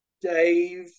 Dave